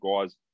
guys